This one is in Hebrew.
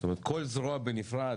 זאת אומרת כל זרוע בנפרד,